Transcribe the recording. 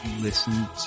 listen